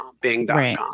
bing.com